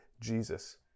Jesus